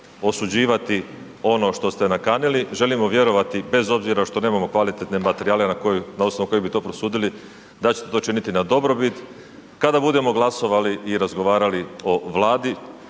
osuđivati ono što ste nakanili, želimo vjerovati bez obzira što nemamo kvalitetne materijale na osnovu kojih bi to prosudili da ćemo to činiti na dobrobit kada budemo glasovali i razgovarali o vladi,